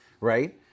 right